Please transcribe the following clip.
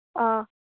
ꯑꯥ